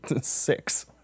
six